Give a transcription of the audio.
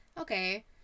Okay